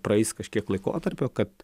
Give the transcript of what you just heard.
praeis kažkiek laikotarpio kad